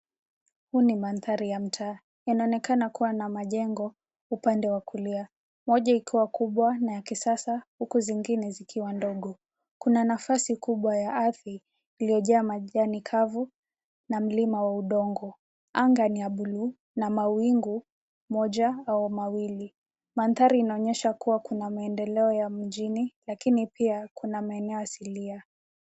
Huu ni mandhari ya mtaa. Yanaonekana kuwa na majengo, upande wa kulia. Moja ikiwa kubwa na ya kisasa, huku zingine zikiwa ndogo. Kuna nafasi kubwa ya ardhi, iliyojaa majani kavu, na mlima wa udongo. Anga ni ya bluu, na mawingu moja au mawili. Mandhari inaonyesha kuwa kuna maendeleo ya mjini, lakini pia kuna maeneo asilia.